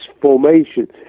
formation